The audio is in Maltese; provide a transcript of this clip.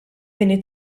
bini